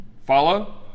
Follow